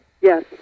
Yes